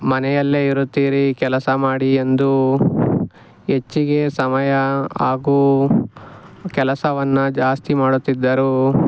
ಮನೆಯಲ್ಲೇ ಇರುತ್ತೀರಿ ಕೆಲಸ ಮಾಡಿ ಎಂದು ಹೆಚ್ಚಿಗೆ ಸಮಯ ಹಾಗೂ ಕೆಲಸವನ್ನು ಜಾಸ್ತಿ ಮಾಡುತ್ತಿದ್ದರು